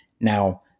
now